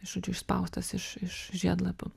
žodžiu išspaustas iš iš žiedlapių